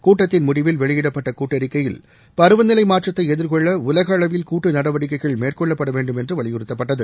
கூட்டத்தின் முடிவில் வெளியிடப்பட்ட கூட்டறிக்கையில் பருவநிலை மாற்றத்தை எதிர்கொள்ள உலக அளவில் கூட்டு நடவடிக்கைகள் மேற்கொள்ளப்பட வேண்டும் என்று வலியுறுத்தப்பட்டது